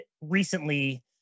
recently